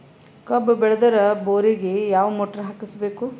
ಕಬ್ಬು ಬೇಳದರ್ ಬೋರಿಗ ಯಾವ ಮೋಟ್ರ ಹಾಕಿಸಬೇಕು?